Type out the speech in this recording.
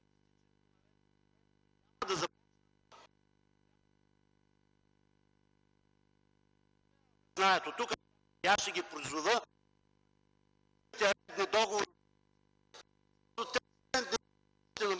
Това е много